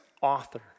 author